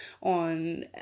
on